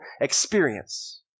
experience